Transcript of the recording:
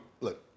Look